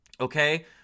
Okay